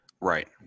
Right